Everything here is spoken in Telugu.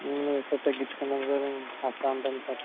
లేదు సార్ తగ్గిచ్చుకుంటాన్ సార్ వస్తూవుంటాను సార్